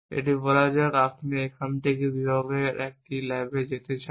এটি বলা যাক আপনি এখান থেকে বিভাগের একটি ল্যাবে যেতে চান